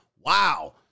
Wow